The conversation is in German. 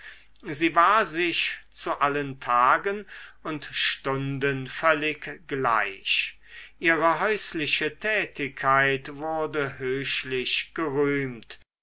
sie war sich zu allen tagen und stunden völlig gleich ihre häusliche tätigkeit wurde höchlich gerühmt